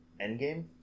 Endgame